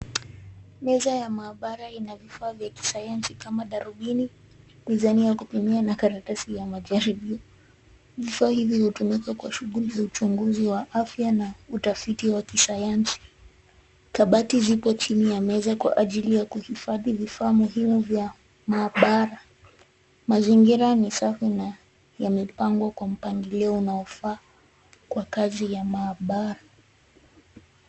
Meza ya mabara inavifaa vya kisayansi kama darubini, mezani ya kupimia na karatasi ya majaribio. Vifaa hivi hutumika kwa shughuli ya uchunguzi wa afya na utafiti wa kisayansi. Kabati zipo chini ya meza kwa ajili ya kuhifadhi vifaa muhimu vya mabara. Mazingira ni safi na yamepangwa kwa mpangilio unaofaa kwa kazi ya mabara.